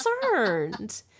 concerned